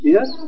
Yes